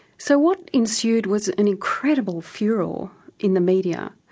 so what ensued was an incredible furore in the media.